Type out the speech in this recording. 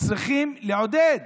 צריכים לעודד אותה.